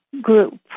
group